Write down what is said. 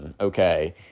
Okay